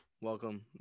Welcome